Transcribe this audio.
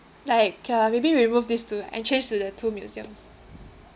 like uh maybe remove these two and change to the two museums